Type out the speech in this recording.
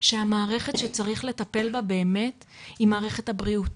שהמערכת שצריך לטפל בה באמת היא מערכת הבריאות